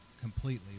completely